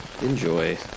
enjoy